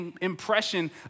impression